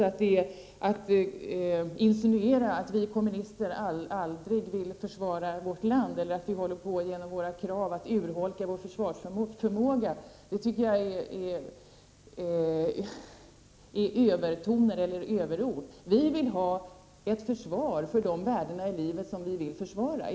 Att insinuera att vi kommunister aldrig vill försvara vårt land eller att vi genom våra krav håller på att urholka vår försvarsförmåga tycker jag är överord. Vi vill ha ett försvar för de värden i livet som vi tycker är värda att försvara.